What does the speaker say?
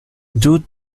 due